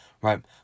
Right